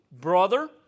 brother